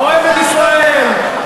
אוהבת ישראל,